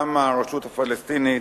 גם הרשות הפלסטינית